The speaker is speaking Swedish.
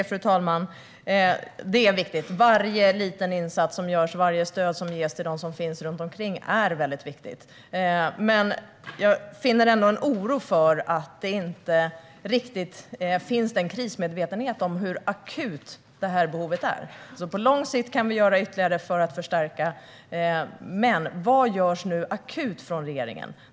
Fru talman! Det är viktigt. Varje liten insats som görs och varje stöd som ges till dem som finns runt omkring är viktigt. Men jag finner ändå en oro för att det inte riktigt finns en tillräcklig krismedvetenhet om hur akut behovet är. På lång sikt kan vi göra ytterligare saker för att förstärka detta, men vad görs nu akut från regeringen?